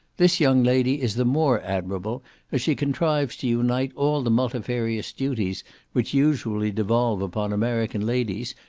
this young lady is the more admirable as she contrives to unite all the multifarious duties which usually devolve upon american ladies,